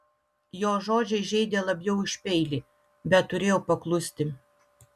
jo žodžiai žeidė labiau už peilį bet turėjau paklusti